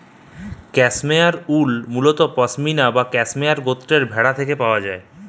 cashmere wool মুলত পসমিনা বা cashmere গোত্রর ভেড়া নু পাওয়া যায়